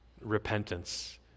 repentance